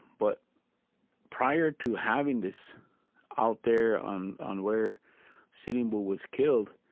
but prior to having this out there on on where sitting bull was killed,